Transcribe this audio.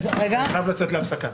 אני חייב לצאת להפסקה.